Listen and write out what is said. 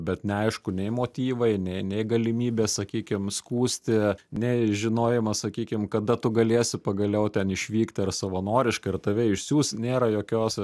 bet neaišku nei motyvai nei nei galimybės sakykim skųsti nei žinojimas sakykim kada tu galėsi pagaliau ten išvykt ar savanoriškai ar tave išsiųs nėra jokios